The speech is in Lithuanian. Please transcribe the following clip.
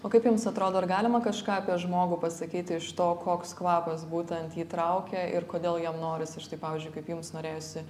o kaip jums atrodo ar galima kažką apie žmogų pasakyti iš to koks kvapas būtent jį traukia ir kodėl jam norisi štai pavyzdžiui kaip jums norėjosi